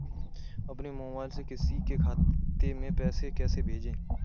अपने मोबाइल से किसी के खाते में पैसे कैसे भेजें?